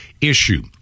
issue